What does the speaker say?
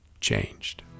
changed